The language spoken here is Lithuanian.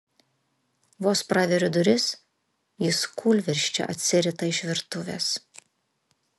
vos praveriu duris jis kūlvirsčia atsirita iš virtuvės